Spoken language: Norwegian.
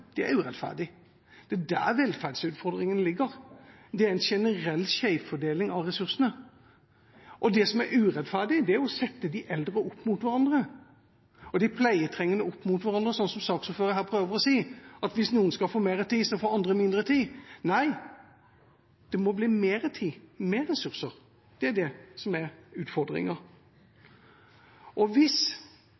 Det er urettferdig. Det er der velferdsutfordringene ligger. Det er en generell skjevfordeling av ressursene. Det som er urettferdig, er å sette de eldre opp mot hverandre og de pleietrengende opp mot hverandre, slik som saksordføreren her prøver å si – at hvis noen skal få mer tid, så får andre mindre tid. Nei, det må bli mer tid og mer ressurser. Det er det som er utfordringa.